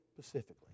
specifically